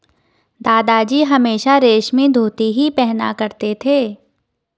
दादाजी हमेशा रेशमी धोती ही पहना करते थे